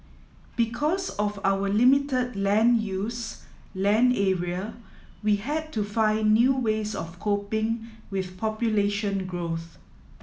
because of our limited land use land area we had to find new ways of coping with population growth